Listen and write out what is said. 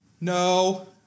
No